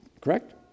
correct